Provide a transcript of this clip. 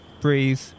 breathe